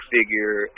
Figure